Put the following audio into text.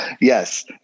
Yes